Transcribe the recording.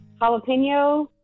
jalapeno